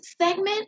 segment